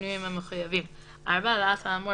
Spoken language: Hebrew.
ימנה לו בית המשפט סניגור, (3)על דיון כאמור